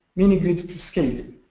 mini grids to scale.